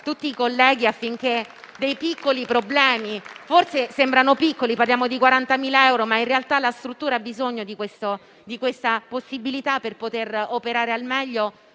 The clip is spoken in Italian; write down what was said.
tutti i colleghi anche sui piccoli problemi. Forse sembrano piccoli - parliamo di 40.000 euro - ma in realtà la struttura ha bisogno di questa possibilità per poter operare al meglio.